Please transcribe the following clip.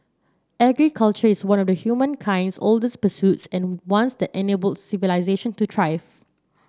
agriculture is one of humankind's oldest pursuits and once that enabled civilisation to thrive